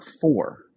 four